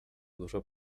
dużo